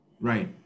Right